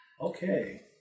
Okay